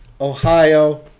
Ohio